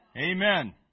Amen